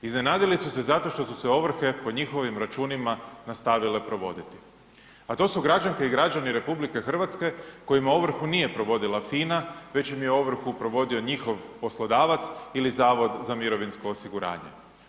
Iznenadili su se zato što su se ovrhe po njihovim računima nastavile provoditi, a to su građanke i građani RH kojima ovrhu nije provodila FINA već im je ovrhu provodio njihov poslodavac ili Zavod za mirovinsko osiguranje.